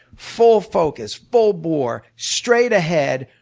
full focus, full bore, straight ahead,